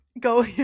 go